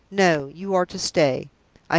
no. you are to stay.